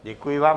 Děkuji vám.